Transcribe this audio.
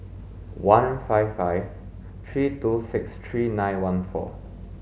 one five five three two six three nine one four